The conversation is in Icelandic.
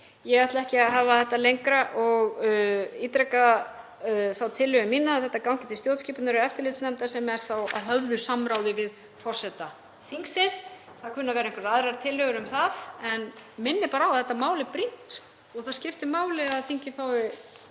Ég ætla ekki að hafa þetta lengra og ítreka þá tillögu mína að þetta gangi til stjórnskipunar- og eftirlitsnefndar, sem er þá að höfðu samráði við forseta þingsins. Það kunna að vera einhverjar aðrar tillögur um það, en ég minni bara á að þetta mál er brýnt og það skiptir máli að þingið fái